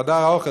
בחדר האוכל,